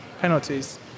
penalties